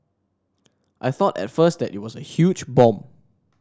I thought at first that it was a huge bomb